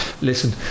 listen